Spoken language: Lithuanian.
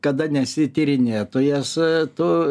kada nesi tyrinėtojas tu